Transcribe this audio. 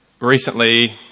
Recently